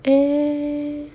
eh